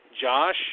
Josh